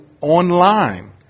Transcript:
online